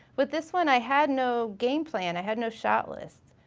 but this one i had no game plan, i had no shot list.